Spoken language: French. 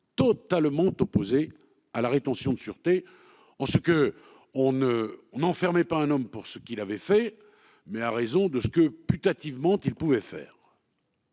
totalement opposé à la rétention de sûreté en ce qu'on n'enfermait pas un homme pour ce qu'il avait fait, mais à raison de ce qu'on supposait qu'il puisse faire.